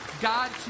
God